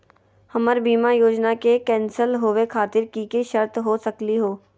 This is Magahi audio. हमर बीमा योजना के कैन्सल होवे खातिर कि कि शर्त हो सकली हो?